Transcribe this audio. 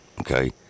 okay